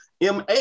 MA